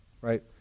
Right